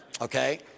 Okay